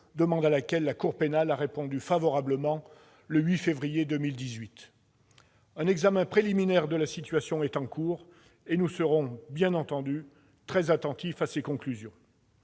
demande à laquelle la Cour pénale a répondu favorablement le 8 février 2018. Un examen préliminaire de la situation est en cours, et nous serons bien entendu très attentifs aux conclusions